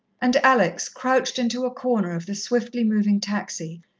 and alex, crouched into a corner of the swiftly-moving taxi,